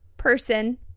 person